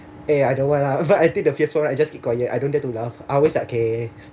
eh I don't want lah but I think the fierce one right I'll just keep quiet I don't dare to laugh okay